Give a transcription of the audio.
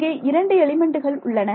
இங்கே இரண்டு எலிமெண்ட்டுகள் உள்ளன